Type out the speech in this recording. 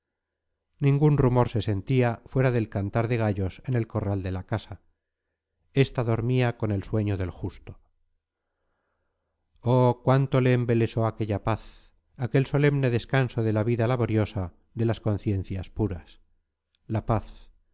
ningún rumor se sentía fuera del cantar de gallos en el corral de la casa esta dormía con el sueño del justo oh cuánto le embelesó aquella paz aquel solemne descanso de la vida laboriosa de las conciencias puras la paz él